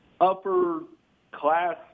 upper-class